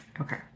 Okay